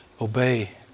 Obey